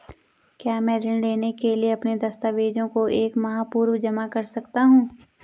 क्या मैं ऋण लेने के लिए अपने दस्तावेज़ों को एक माह पूर्व जमा कर सकता हूँ?